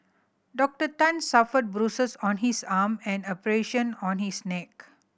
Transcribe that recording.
Doctor Tan suffered bruises on his arm and abrasion on his neck